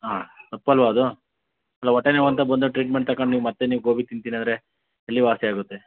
ಹಾಂ ತಪ್ಪಲ್ಲವಾ ಅದು ಅಲ್ಲ ಹೊಟ್ಟೆ ನೋವು ಅಂತ ಬಂದು ಟ್ರಿಟ್ಮೆಂಟ್ ತಕಂಡು ನೀವು ಮತ್ತೆ ನೀವು ಗೋಬಿ ತಿಂತಿನಿ ಅಂದರೆ ಎಲ್ಲಿ ವಾಸಿ ಆಗುತ್ತೆ